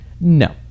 No